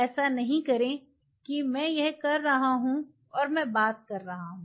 ऐसा नहीं करें कि मैं यह कर रहा हूं और मैं बात कर रहा हूं